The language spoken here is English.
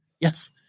Yes